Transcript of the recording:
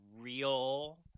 real